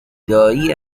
دایی